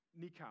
nikau